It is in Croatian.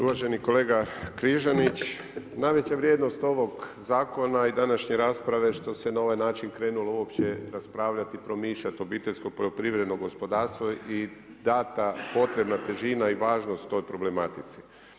Uvaženi kolega Križanić najveća vrijednost ovog zakona i današnje rasprave što se na ovaj način krenulo uopće raspravljati i promišljati obiteljsko poljoprivredno gospodarstvo i dana potrebna težina i važnost ovoj problematici.